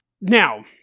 Now